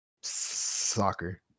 soccer